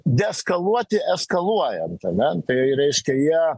deeskaluoti eskaluojant ane tai reiškia jie